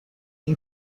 این